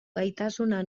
gaitasuna